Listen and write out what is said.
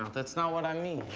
that's not what i mean.